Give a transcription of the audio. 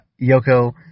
Yoko